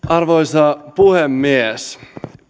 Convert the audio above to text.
arvoisa puhemies